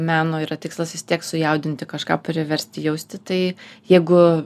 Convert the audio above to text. meno yra tikslas vis tiek sujaudinti kažką priversti jausti tai jeigu